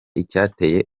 icyateye